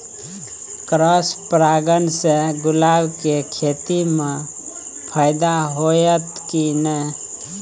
Cross परागण से गुलाब के खेती म फायदा होयत की नय?